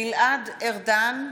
גלעד ארדן,